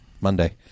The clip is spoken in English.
monday